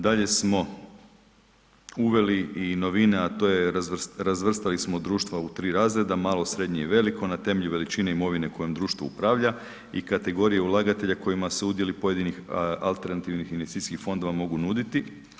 Dalje smo uveli i novije a to je razvrstali smo društva u 3 razreda, malo, srednje i veliko na temelju veličine i imovine kojom društvo upravlja i kategorije ulagatelja kojima se udjeli pojedinih alternativnih investicijskih fondova mogu nuditi.